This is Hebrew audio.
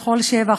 לכל שבח,